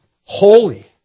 holy